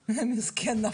זה מספרים מסוימים,